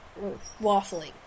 waffling